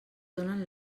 donen